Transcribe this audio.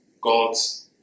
God's